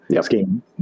scheme